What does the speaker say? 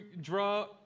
draw